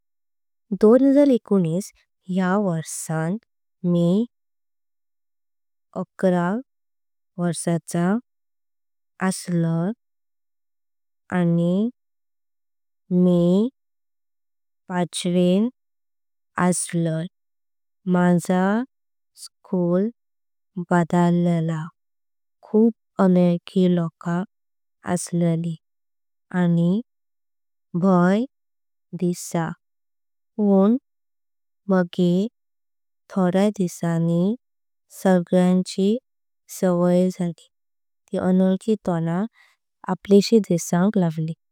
दोन हजार एकोणीस या वर्षान मी एकरा वर्षाचा असलय। आणि मी पाचवे असलय माझा स्कूल बदलला खूप। अनोळखी लोक असले आणि भय दिसा पण मागेर। थोडया दिसानी सगळ्यांचा सवय जाली। ती अनोळखी तोणा अपेक्षा दिसांक लागली।